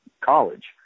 College